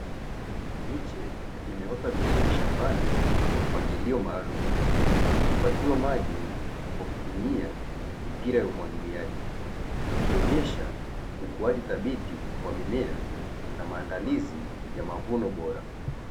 Miche imeota vizuri shambani kwa mpangilio maalumu ikipatiwa maji kwa kutumia mipira ya umwagiliaji, ikionyesha ukuaji thabiti wa mimea na maandalizi ya mavuno bora.